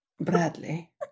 Bradley